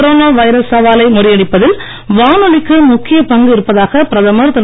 corona virus சவாலை முறியடிப்பதில் வானொலிக்கு முக்கியப் பங்கு இருப்பதாக பிரதமர் திரு